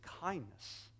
kindness